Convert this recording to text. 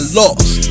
lost